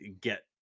get